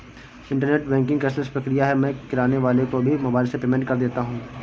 internet banking cashless प्रक्रिया है मैं किराने वाले को भी मोबाइल से पेमेंट कर देता हूँ